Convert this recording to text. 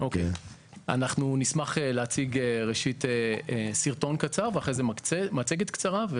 אנחנו נשמח להציג סרטון קצר ואחר כך מצגת קצרה.